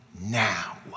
now